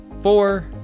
four